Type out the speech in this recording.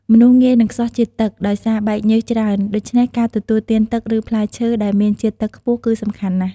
មនុស្សងាយនឹងខ្សោះជាតិទឹក ដោយសារបែកញើសច្រើន ដូច្នេះការទទួលទានទឹកឬផ្លែឈើដែលមានជាតិទឹកខ្ពស់គឺសំខាន់ណាស់។